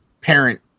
parent